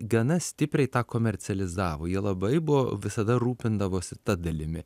gana stipriai tą komercializavo jie labai buvo visada rūpindavosi ta dalimi